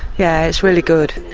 yeah, it's really good.